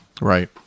Right